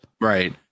Right